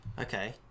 Okay